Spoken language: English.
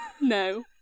No